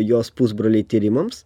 jos pusbroliai tyrimams